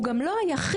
הוא גם לא היחיד.